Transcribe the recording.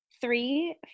Three